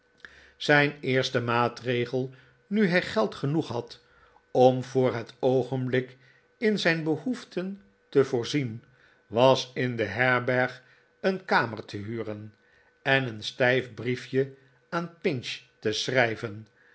zijn eerste maatregel nu hij geld genoeg had om voor het oogenblik in zijn behoeften te voorzien was in de herberg een kamer te huren en een stijf briefje aan pinch te schrijven